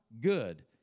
Good